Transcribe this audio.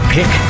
Pick